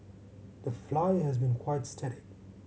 the Flyer has been quite static